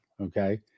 Okay